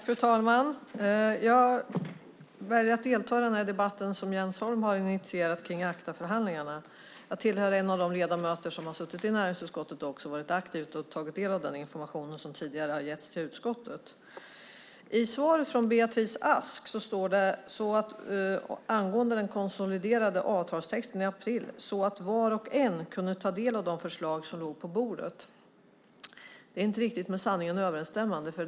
Fru talman! Jag vill delta i den debatt som Jens Holm initierat om ACTA-förhandlingarna. Jag är en av de ledamöter som suttit i näringsutskottet och som varit aktiv och tagit del av den information som getts till utskottet. I svaret från Beatrice Ask sägs angående den konsoliderade avtalstexten i april att var och en kunde ta del av de förslag som låg på bordet. Det är inte riktigt med sanningen överensstämmande.